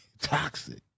Toxic